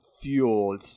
fuel